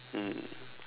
mm